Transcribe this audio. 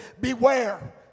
beware